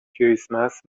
کریسمس